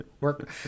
work